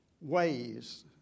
ways